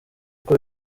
uko